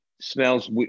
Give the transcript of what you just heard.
smells